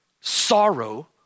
sorrow